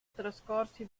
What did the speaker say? trascorsi